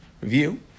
review